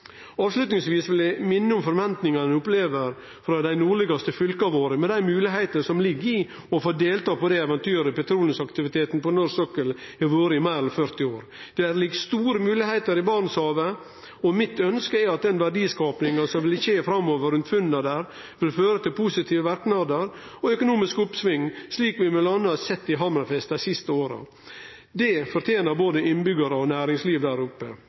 Avslutningsvis vil eg minne om forventingane ein opplever frå dei nordlegaste fylka våre med dei moglegheitene som ligg i å få delta i det eventyret petroleumsaktiviteten på norsk sokkel har vore i meir enn 40 år. Det ligg store moglegheiter i Barentshavet, og mitt ønske er at den verdiskapinga som vil skje framover rundt funna der, vil føre til positive verknader og økonomisk oppsving, slik vi m.a. har sett i Hammerfest dei siste åra. Det fortener både innbyggjarar og næringsliv der oppe.